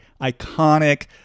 iconic